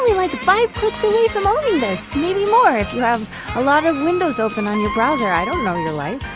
like five clicks away from owning this. maybe more, if you have a lot of windows open on your browser, i don't know your life.